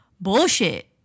Bullshit